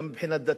גם מבחינה דתית.